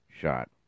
shot